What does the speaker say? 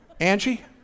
Angie